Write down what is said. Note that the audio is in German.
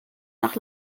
nach